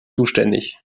zuständig